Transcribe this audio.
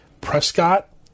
Prescott